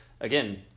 again